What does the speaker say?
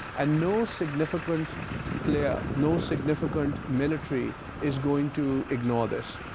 and no significant player, no significant military is going to ignore this.